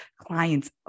clients